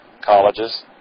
Colleges